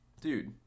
dude